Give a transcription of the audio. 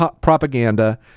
propaganda